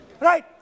Right